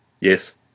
Yes